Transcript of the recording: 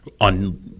on